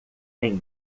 têm